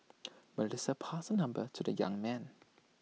Melissa passed her number to the young man